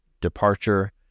departure